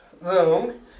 room